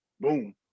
boom